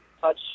touch